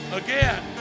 again